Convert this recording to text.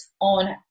on